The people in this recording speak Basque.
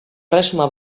erresuma